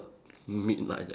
meat like that